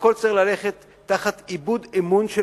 והכול צריך ללכת תחת איבוד אמון של